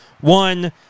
One